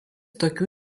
tokių